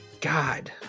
God